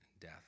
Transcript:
death